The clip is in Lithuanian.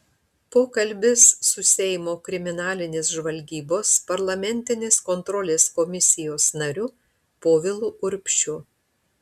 pokalbis su seimo kriminalinės žvalgybos parlamentinės kontrolės komisijos nariu povilu urbšiu